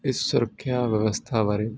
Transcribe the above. ਇਸ ਸੁਰੱਖਿਆ ਵਿਵਸਥਾ ਬਾਰੇ